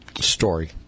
story